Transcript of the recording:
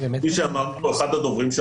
כפי שאמר פה אחד הדוברים,